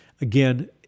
Again